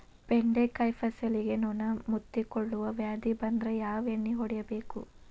ಬೆಂಡೆಕಾಯ ಫಸಲಿಗೆ ನೊಣ ಮುತ್ತಿಕೊಳ್ಳುವ ವ್ಯಾಧಿ ಬಂದ್ರ ಯಾವ ಎಣ್ಣಿ ಹೊಡಿಯಬೇಕು?